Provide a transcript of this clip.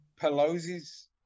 Pelosi's